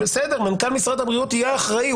מנכ"ל משרד הבריאות יהיה אחראי,